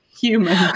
human